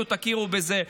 תכירו בזה,